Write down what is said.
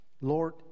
Lord